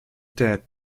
dead